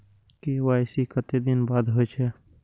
KYC कतेक दिन बाद होई छै?